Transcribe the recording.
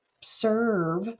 serve